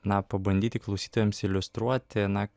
na pabandyti klausytojams iliustruoti na